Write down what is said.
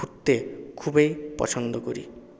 ঘুরতে খুবই পছন্দ করি